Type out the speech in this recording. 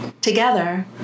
together